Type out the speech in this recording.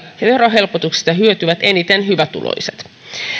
ja ja verohelpotuksista hyötyvät eniten hyvätuloiset